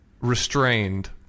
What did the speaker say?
restrained